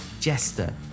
Jester